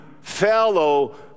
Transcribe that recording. fellow